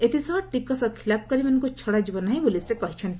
ଏଥିସହ ଟିକସ ଖିଲାପକାରୀମାନଙ୍କୁ ଛଡ଼ାଯିବ ନାହିଁ ବୋଲି ସେ କହିଛନ୍ତି